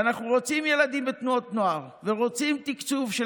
ואנחנו רוצים ילדים בתנועות נוער ורוצים תקצוב של